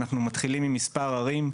אנחנו מתחילים עם מספר ערים,